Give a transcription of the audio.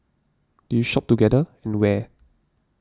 do you shop together and where